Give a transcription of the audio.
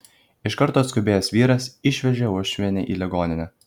iš karto atskubėjęs vyras išvežė uošvienę į ligoninę